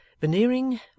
veneering